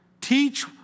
teach